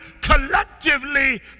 collectively